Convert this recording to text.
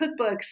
cookbooks